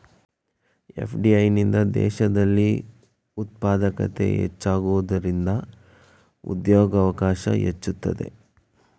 FDI ನಿಂದ ದೇಶದಲ್ಲಿ ಉತ್ಪಾದಕತೆ ಹೆಚ್ಚಾಗುವುದರಿಂದ ಉದ್ಯೋಗವಕಾಶ ಹೆಚ್ಚುತ್ತದೆ